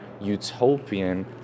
utopian